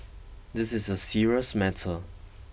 this is a serious matter